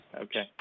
okay